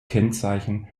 kennzeichen